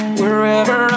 wherever